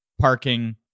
parking